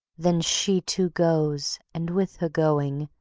then she too goes, and with her going,